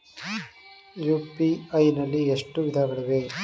UPI ನಲ್ಲಿ ಎಷ್ಟು ವಿಧಗಳಿವೆ?